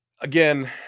Again